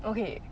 okay